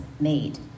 made